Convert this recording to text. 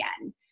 again